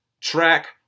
track